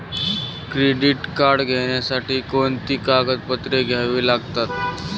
Credit card घेण्यासाठी कोणती कागदपत्रे घ्यावी लागतात?